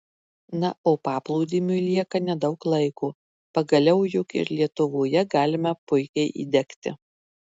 na o paplūdimiui lieka nedaug laiko pagaliau juk ir lietuvoje galima puikiai įdegti